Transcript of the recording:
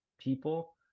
people